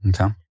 Okay